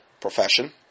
profession